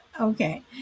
okay